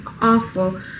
awful